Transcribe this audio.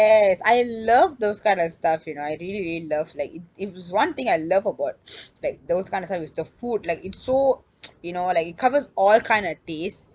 I love those kind of stuff you know I really really love like it if was one thing I love about like those kind of stuff it's the food like it's so you know like it covers all kind of taste